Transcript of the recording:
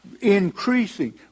increasing